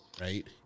right